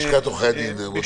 לשכת עורכי הדין.